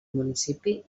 municipi